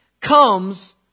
comes